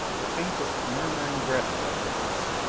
the faintest murmuring breath like a hiss.